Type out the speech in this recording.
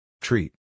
Treat